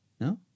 No